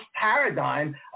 paradigm